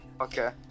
Okay